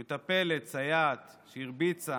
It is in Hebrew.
מטפלת, סייעת שהרביצה